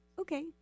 okay